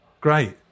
Great